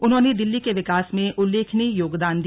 उन्होंने दिल्ली के विकास में उल्लेखनीय योगदान दिया